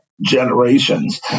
generations